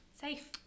Safe